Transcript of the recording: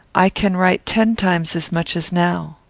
i can write ten times as much as now.